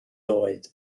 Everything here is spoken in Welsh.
oed